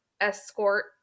escort